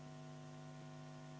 Hvala